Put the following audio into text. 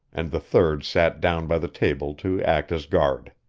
and the third sat down by the table to act as guard.